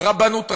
רבנות ראשית.